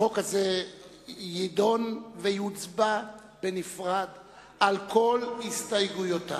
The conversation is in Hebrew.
החוק הזה יידון ויוצבע בנפרד על כל הסתייגויותיו.